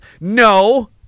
No